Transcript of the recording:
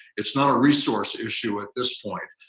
it's not a resource issue at this point.